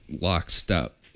lockstep